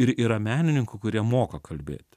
ir yra menininkų kurie moka kalbėti